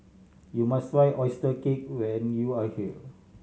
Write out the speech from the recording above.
you must try oyster cake when you are here